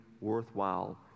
worthwhile